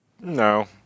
No